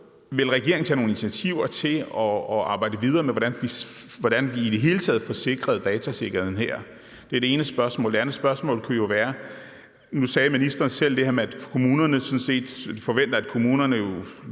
Vil regeringen tage nogle initiativer til at arbejde videre med, hvordan vi i det hele taget får sikret datasikkerheden her? Det er det ene spørgsmål. Det andet spørgsmål kunne jo være: Mangler kommunerne